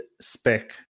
spec